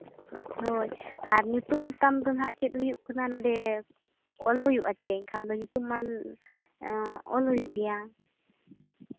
ᱦᱳᱭ ᱟᱨ ᱧᱩᱛᱩᱢ ᱛᱟᱢ ᱫᱚ ᱦᱟᱸᱜ ᱪᱮᱫ ᱦᱩᱭᱩᱜ ᱠᱟᱱᱟ ᱱᱚᱸᱰᱮ ᱚᱞ ᱦᱩᱭᱩᱜᱼᱟ ᱥᱮ ᱮᱱᱠᱷᱟᱱ ᱫᱚ ᱧᱩᱛᱩᱢ ᱢᱟ ᱚᱞ ᱦᱩᱭᱩᱜ ᱜᱮᱭᱟ